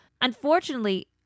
unfortunately